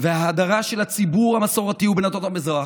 וההדרה של הציבור המסורתי ובני עדות המזרח,